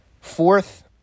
Fourth